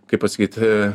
kaip pasakyt